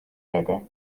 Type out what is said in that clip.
بده